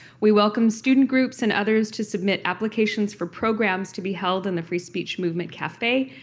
we welcome student groups and others to submit applications for programs to be held in the free speech movement cafe,